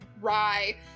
rye